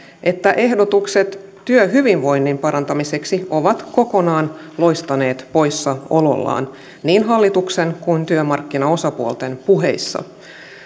että ehdotukset työhyvinvoinnin parantamiseksi ovat kokonaan loistaneet poissaolollaan niin hallituksen kuin työmarkkinaosapuolten puheissa